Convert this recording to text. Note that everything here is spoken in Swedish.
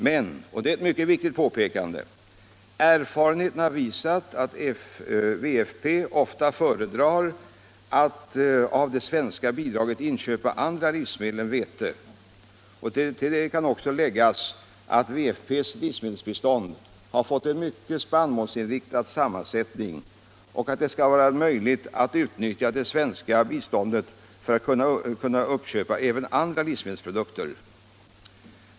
Men — och det är ett mycket viktigt påpekande — erfarenheterna har visat att WFP ofta föredrar att av det svenska bidraget inköpa andra livsmedel än vete. Till detta kan också läggas att WFP:s livsmedelsbistånd har fått en mycket spannmålsinriktad sammansättning och att det skall vara möjligt aut utnyttja det svenska biståndet för att kunna uppköpa även andra livsmedelsprodukter.